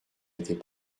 était